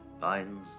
binds